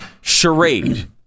charade